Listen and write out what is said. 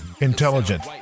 intelligent